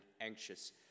anxious